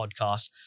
podcast